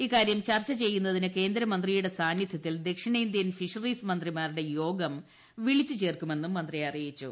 ഇക്കാര്യം ചർച്ച ചെയ്യുന്നതിന് കേന്ദ്രമന്ത്രിയുടെ സാന്നിധ്യത്തിൽ ദക്ഷിണേന്ത്യൻ ഫിഷറീസ് മന്ത്രിമാരുടെ യോഗം കേരളത്തിൽ വിളിച്ചുചേർക്കുമെന്നും മന്ത്രി അറിയിച്ചു